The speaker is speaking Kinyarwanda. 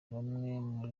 bamwe